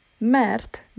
Mert